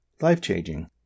Life-changing